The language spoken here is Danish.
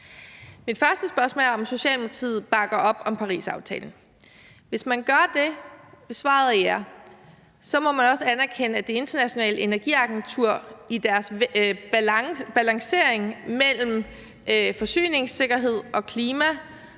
Mit første spørgsmål er, om Socialdemokratiet bakker op om Parisaftalen. Hvis man gør det, hvis man svarer ja til det, så må man også anerkende, at Det Internationale Energiagentur i deres balancering mellem forsyningssikkerhed og klima